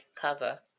cover